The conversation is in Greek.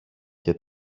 και